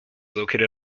located